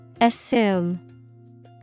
Assume